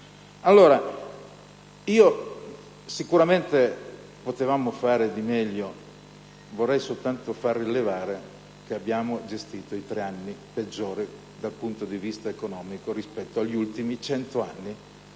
e subito. Sicuramente potevamo fare di meglio. Ma vorrei soltanto far rilevare che abbiamo gestito, nei tre anni peggiori, dal punto di vista economico, degli ultimi cento anni,